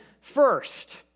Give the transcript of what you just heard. first